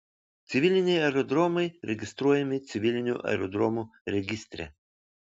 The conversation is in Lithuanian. civiliniai aerodromai registruojami civilinių aerodromų registre